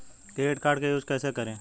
Credit card का use कैसे करें?